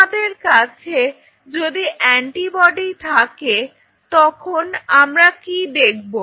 তোমাদের কাছে যদি অ্যান্টিবডি থাকে তখন আমরা কি দেখব